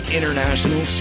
International